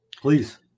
please